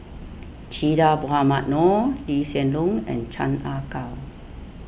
Che Dah Mohamed Noor Lee Hsien Loong and Chan Ah Kow